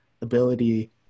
ability